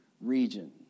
region